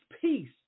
peace